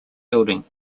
building